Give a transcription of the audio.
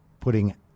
putting